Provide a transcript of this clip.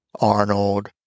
Arnold